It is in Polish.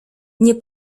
nie